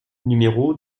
numéro